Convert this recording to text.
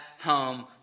home